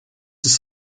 ist